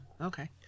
Okay